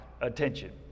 attention